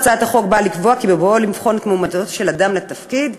הצעת החוק באה לקבוע כי בבואו לבחון את מועמדותו של אדם לתפקיד,